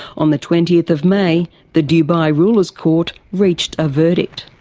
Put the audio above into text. on the twentieth of may the dubai ruler's court reached a verdict.